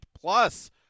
Plus